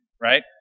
right